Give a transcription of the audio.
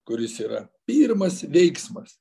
kuris yra pirmas veiksmas